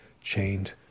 chained